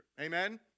Amen